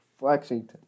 flexington